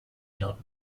not